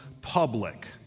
public